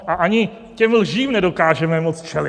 A ani těm lžím nedokážeme moc čelit.